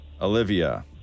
Olivia